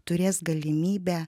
turės galimybę